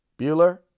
Bueller